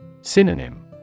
Synonym